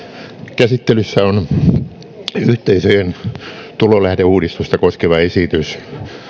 käsittelyssä on yhteisöjen tulolähdeuudistusta koskeva esitys